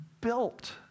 built